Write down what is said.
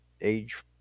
age